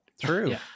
True